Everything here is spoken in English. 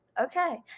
Okay